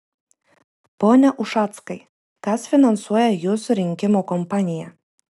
pone ušackai kas finansuoja jūsų rinkimų kompaniją